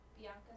Bianca